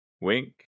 Wink